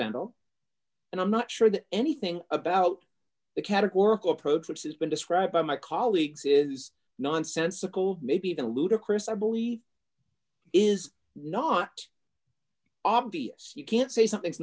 dential and i'm not sure that anything about the categorical approach which has been described by my colleagues is nonsensical maybe even a ludicrous i believe is not obvious you can say something's